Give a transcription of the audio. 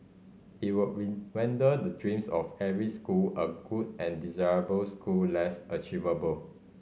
it would render the dreams of every school a good and desirable school less achievable